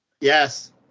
yes